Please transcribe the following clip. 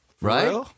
Right